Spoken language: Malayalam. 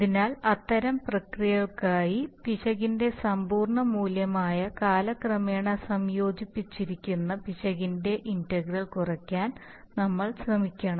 അതിനാൽ അത്തരം പ്രക്രിയകൾക്കായി പിശകിന്റെ സമ്പൂർണ്ണ മൂല്യമായ കാലക്രമേണ സംയോജിപ്പിച്ചിരിക്കുന്ന പിശകിന്റെ ഇന്റഗ്രൽ കുറയ്ക്കാൻ നമ്മൾ ശ്രമിക്കണം